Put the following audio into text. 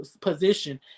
position